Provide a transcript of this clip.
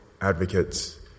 advocates